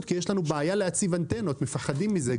כי יש בעיה להציב אנטנות כי מפחדים מזה.